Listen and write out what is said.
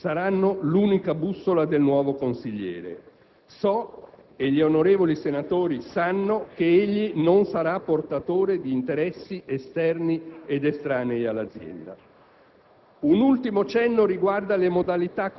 pubblico e della qualità della servizio saranno l'unica bussola del nuovo consigliere. So, e gli onorevoli senatori sanno, che egli non sarà portatore di interessi esterni ed estranei all'azienda.